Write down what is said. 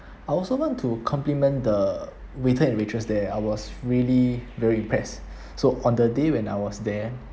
I also want to compliment the waiter and waitress there I was really very impressed so on the day when I was there